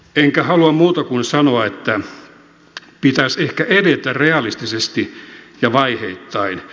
enkä halua muuta kuin sanoa että pitäisi ehkä edetä realistisesti ja vaiheittain